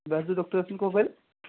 ବାହାରୁ ଯେଉଁ ଡକ୍ଟର୍ ଆସୁଛନ୍ତି କ'ଣ କହିଲେ